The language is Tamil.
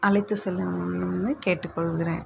அழைத்து சொல்லணும்னு கேட்டு கொள்கிறன்